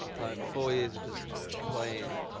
like, four years of just playing,